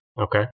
Okay